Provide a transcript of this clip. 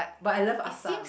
but I love assam